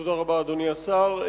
תודה רבה, אדוני השר.